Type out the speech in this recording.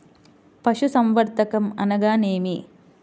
పశుసంవర్ధకం అనగానేమి?